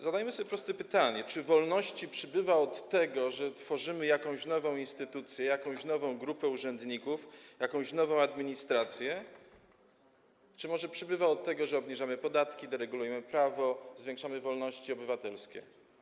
Zadajmy sobie proste pytanie: Czy wolności przybywa od tego, że tworzymy jakąś nową instytucję, jakąś nową grupę urzędników, jakąś nową administrację, czy może przybywa od tego, że obniżamy podatki, deregulujemy prawo, zwiększamy wolności obywatelskie?